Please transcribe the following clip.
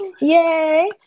Yay